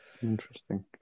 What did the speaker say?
Interesting